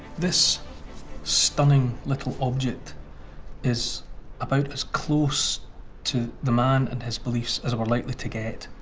this stunning little object is about as close to the man and his beliefs as we're likely to get.